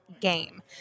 game